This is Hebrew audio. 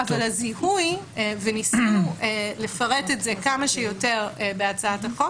אבל הזיהוי וניסינו לפרט את זה כמה שיותר בהצעת החוק